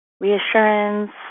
reassurance